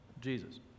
Jesus